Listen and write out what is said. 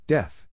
Death